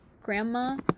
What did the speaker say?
grandma